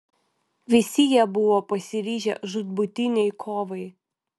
visi jie buvo pasiryžę žūtbūtinei kovai